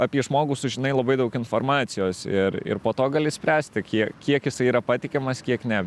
apie žmogų sužinai labai daug informacijos ir ir po to gali spręsti kiek kiek jisai yra patikimas kiek ne